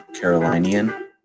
Carolinian